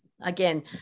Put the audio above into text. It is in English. again